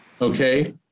okay